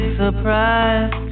surprise